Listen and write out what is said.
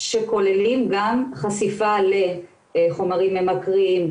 שכוללים גם חשיפה לחומרים ממכרים,